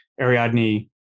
ariadne